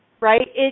right